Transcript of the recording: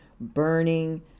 burning